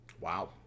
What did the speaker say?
Wow